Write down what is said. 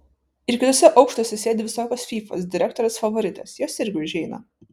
ir kituose aukštuose sėdi visokios fyfos direktorės favoritės jos irgi užeina